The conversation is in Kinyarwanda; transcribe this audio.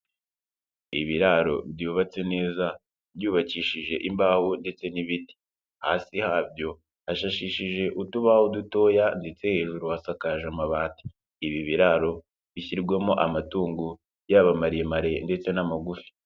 Ibiraro byubatse neza byubakishije imbaho ndetse n'ibiti, hasi habyo hashashishije utubaho dutoya ndetse hejuru hasakaje amabati, ibi biraro bishyirwamo amatungo yaba maremare ndetse n'amagufi.